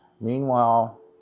meanwhile